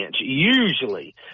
usually